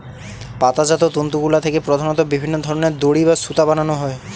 পাতাজাত তন্তুগুলা থেকে প্রধানত বিভিন্ন ধরনের দড়ি বা সুতা বানানো হয়